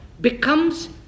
becomes